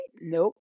Nope